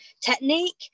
technique